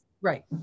Right